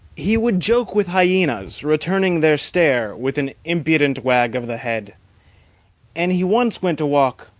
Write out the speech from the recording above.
he would joke with hyenas, returning their stare with an impudent wag of the head and he once went a walk,